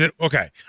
okay